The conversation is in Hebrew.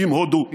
עם הודו,